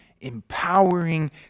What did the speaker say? empowering